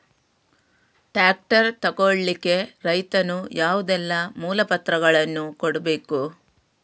Tractor ತೆಗೊಳ್ಳಿಕೆ ರೈತನು ಯಾವುದೆಲ್ಲ ಮೂಲಪತ್ರಗಳನ್ನು ಕೊಡ್ಬೇಕು?